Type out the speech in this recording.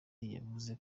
yavuze